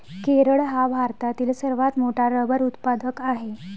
केरळ हा भारतातील सर्वात मोठा रबर उत्पादक आहे